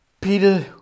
peter